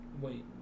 Wait